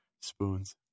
Spoons